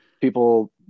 people